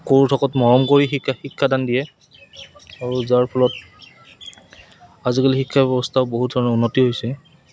সৰু থকাত মৰম কৰি শিকা শিক্ষাদান দিয়ে আৰু যাৰ ফলত আজিকালি শিক্ষা ব্যৱস্থাও বহুত ধৰণৰ উন্নতি হৈছে